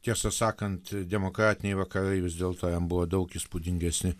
tiesą sakant demokratiniai vakarai vis dėlto jam buvo daug įspūdingesni